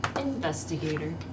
investigator